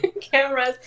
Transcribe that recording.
cameras